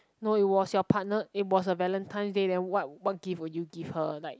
no it was your partner it was a valentine's day then what what gift would you give her like